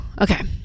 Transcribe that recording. okay